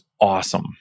awesome